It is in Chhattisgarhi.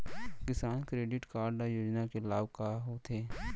किसान क्रेडिट कारड योजना के लाभ का का होथे?